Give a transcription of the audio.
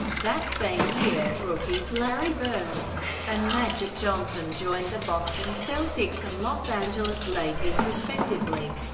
that same year, rookies larry bird and magic johnson joined the boston celtics and los angeles lakers respectively,